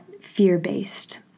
fear-based